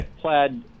plaid